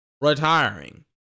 retiring